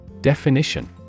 Definition